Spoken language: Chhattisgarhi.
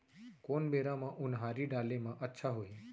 कोन बेरा म उनहारी डाले म अच्छा होही?